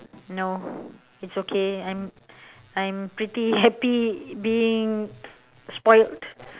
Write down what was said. no it's okay I'm I'm pretty happy being spoilt